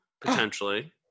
potentially